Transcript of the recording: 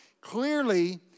Clearly